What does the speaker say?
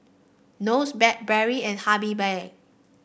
Nose Blackberry and Habibie